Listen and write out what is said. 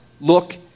look